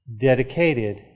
dedicated